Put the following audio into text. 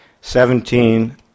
seventeen